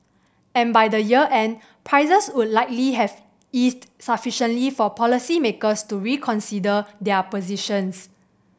and by the year end prices would likely have eased sufficiently for policymakers to reconsider their positions